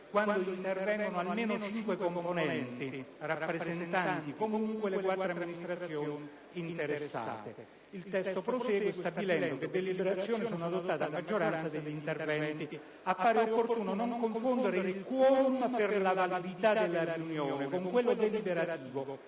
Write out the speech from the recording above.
quando intervengono almeno cinque componenti, rappresentanti, comunque, le quattro amministrazioni interessate». Il testo prosegue stabilendo che «le deliberazioni sono adottate a maggioranza degli intervenuti». Ebbene, appare opportuno non confondere il *quorum* per la validità della riunione con quello deliberativo